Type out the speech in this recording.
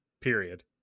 period